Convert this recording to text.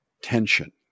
tension